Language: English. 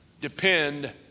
Depend